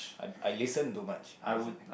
I I listen too much that's the thing